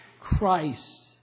Christ